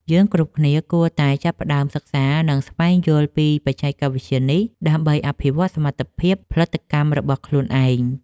យើងគ្រប់គ្នាគួរតែចាប់ផ្តើមសិក្សា និង ស្វែងយល់ពីបច្ចេកវិទ្យានេះដើម្បីអភិវឌ្ឍសមត្ថភាពផលិតកម្មរបស់ខ្លួនឯង។